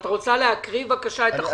את רוצה לקרוא בבקשה את הצעת החוק?